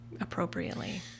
appropriately